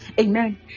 Amen